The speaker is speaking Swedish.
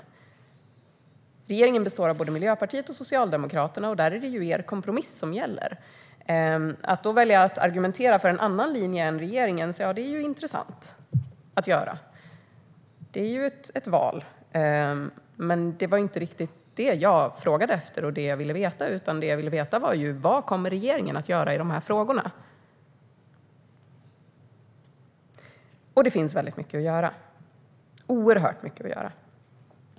Regeringen består av både Miljöpartiet och Socialdemokraterna, och där är det er kompromiss som gäller. Att då välja att argumentera för en annan linje än regeringens är ju intressant och ett val, men det var inte riktigt det jag frågade efter och som jag vill veta. Det jag vill veta är vad regeringen kommer att göra i dessa frågor. Det finns oerhört mycket att göra.